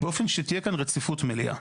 באופן שתהיה רציפות מלאה.